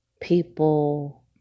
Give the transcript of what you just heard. people